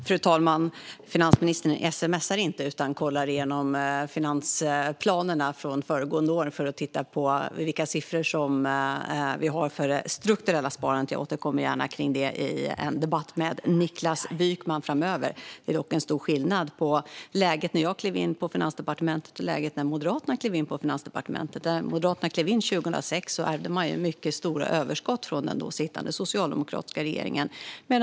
Fru talman! Finansministern sms:ar inte utan kollar igenom finansplanerna från föregående år för att titta på vilka siffror vi har för det strukturella sparandet. Jag återkommer gärna kring det i en debatt med Niklas Wykman framöver. Det är dock en stor skillnad på läget när jag klev in på Finansdepartementet och läget när Moderaterna klev in på Finansdepartementet. När Moderaterna klev in 2006 ärvde man mycket stora överskott från den då sittande socialdemokratiska regeringen.